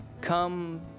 come